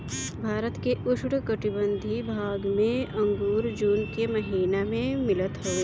भारत के उपोष्णकटिबंधीय भाग में अंगूर जून के महिना में मिलत हवे